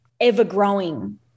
ever-growing